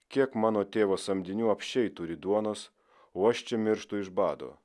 kiek mano tėvo samdinių apsčiai turi duonos o aš čia mirštu iš bado